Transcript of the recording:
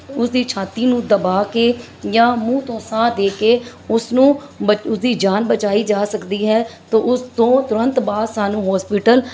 ਉਸਦੀ ਛਾਤੀ ਨੂੰ ਦਬਾ ਕੇ ਜਾਂ ਮੂੰਹ ਤੋਂ ਸਾਹ ਦੇ ਕੇ ਉਸਨੂੰ ਬ ਉਸਦੀ ਜਾਨ ਬਚਾਈ ਜਾ ਸਕਦੀ ਹੈ ਤੋ ਉਸ ਤੋਂ ਤੁਰੰਤ ਬਾਅਦ ਸਾਨੂੰ ਹੋਸਪੀਟਲ